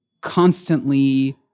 constantly